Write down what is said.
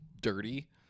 dirty